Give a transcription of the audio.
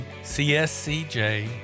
CSCJ